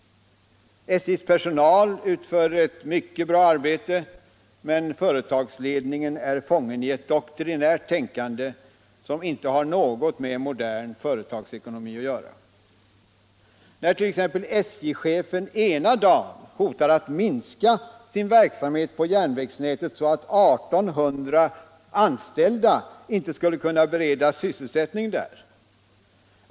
SJ:s personal utför ett mycket bra arbete, men företagsledningen är fången i ett doktrinärt tänkande som inte har något med modern företagsekonomi att göra. När t.ex. SJ-chefen ena dagen hotar med att minska sin verksamhet på järnvägsnätet, så att 1 800 anställda inte skulle kunna beredas sysselsättning där.